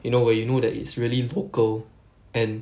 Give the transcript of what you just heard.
you know where you know that it's really local and